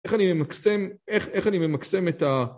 איך אני ממקסם איך איך אני ממקסם את ה